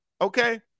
okay